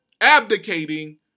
abdicating